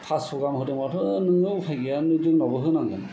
पास्स' गाहाम होदोंब्लाथ' नोंनो उफाय गैया नों जोंनावबो होनांगोन